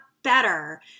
better